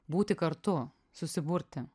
būti kartu susiburti